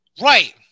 Right